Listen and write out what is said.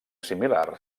similar